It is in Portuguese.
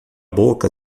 boca